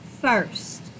first